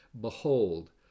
Behold